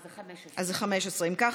אז זה 15. אם ככה,